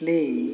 play